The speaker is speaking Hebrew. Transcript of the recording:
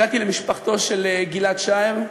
הגעתי למשפחתו של גיל-עד שער.